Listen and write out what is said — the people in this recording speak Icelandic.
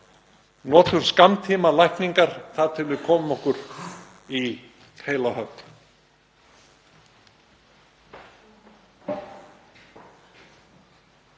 Notum skammtímalækningar þar til við komum okkur í heila höfn.